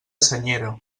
senyera